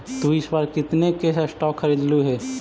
तु इस बार कितने के स्टॉक्स खरीदलु हे